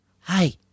hi